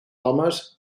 homes